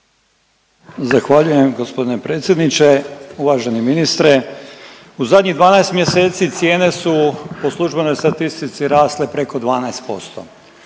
Zahvaljujem gospodine predsjedniče. Uvaženi ministre, u zadnjih 12 mjeseci cijene su po službenoj statistici rasle preko 12%.